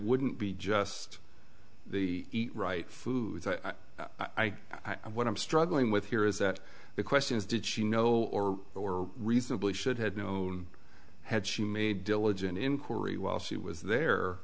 wouldn't be just the right foods i i i what i'm struggling with here is that the question is did she know or or reasonably should have known had she made diligent inquiry while she was there